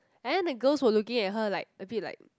and then the girls were looking at her like a bit like